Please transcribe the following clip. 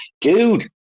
Dude